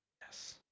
Yes